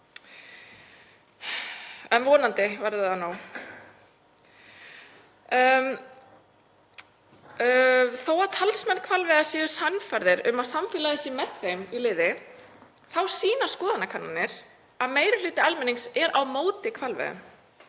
en vonandi verður það nóg. Þó að talsmenn hvalveiða séu sannfærðir um að samfélagið sé með þeim í liði þá sýna skoðanakannanir að meiri hluti almennings er á móti hvalveiðum.